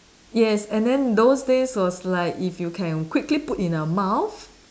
yes and then those days was like if you can quickly put in your mouth